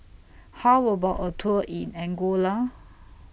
How about A Tour in Angola